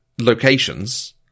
locations